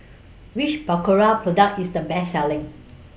Which Berocca Product IS The Best Selling